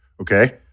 Okay